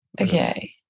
okay